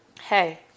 Hey